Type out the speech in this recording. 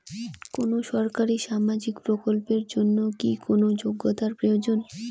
কোনো সরকারি সামাজিক প্রকল্পের জন্য কি কোনো যোগ্যতার প্রয়োজন?